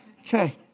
Okay